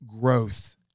growth